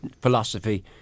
philosophy